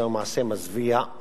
זהו מעשה מזוויע,